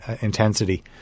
intensity